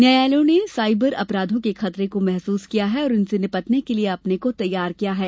न्यायालयों ने साइबर अपराधों के खतरे को महसूस किया है और इनसे निपटने के लिये अपने को तैयार किया है